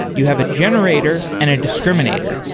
you have a generator and a discriminator,